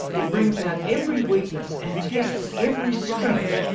it brings out every weakness and tests every strength.